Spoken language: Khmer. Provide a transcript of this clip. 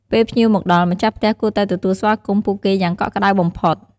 ពេលភ្ញៀវមកដល់ ម្ចាស់ផ្ទះគួរតែទទួលស្វាគមន៍ ពួកគេយ៉ាងកក់ក្ដៅបំផុត។